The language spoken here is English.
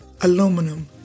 aluminum